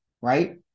right